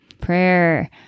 Prayer